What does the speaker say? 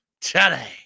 today